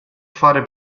fare